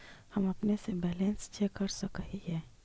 हम अपने से बैलेंस चेक कर सक हिए?